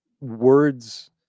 words